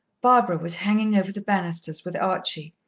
barbara was hanging over the banisters with archie.